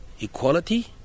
equality